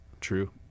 True